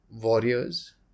warriors